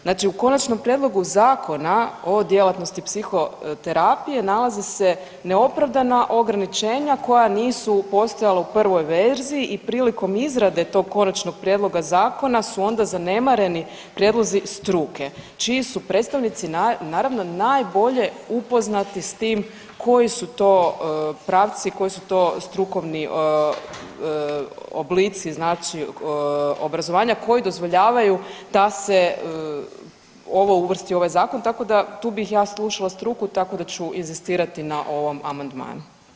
Znači u Konačnom prijedlogu Zakona o djelatnosti psihoterapije nalazi se neopravdana ograničenja koja nisu postojala u prvoj verziji i prilikom izrade tog konačnog prijedloga zakona su onda zanemareni prijedlozi struke čiji su predstavnici naravno najbolje upoznati s tim koji su to pravci, koji su to strukovni oblici znači obrazovanja koji dozvoljavaju da se ovo uvrsti u ovaj zakon tako da tu bih ja slušala struku tako da ću inzistirati na ovom amandmanu.